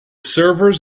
servers